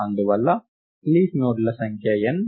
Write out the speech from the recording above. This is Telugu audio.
అందువలన లీఫ్ నోడ్ల సంఖ్య n